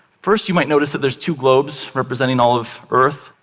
first, you might notice that there's two globes, representing all of earth.